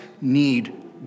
need